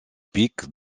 piques